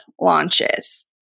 launches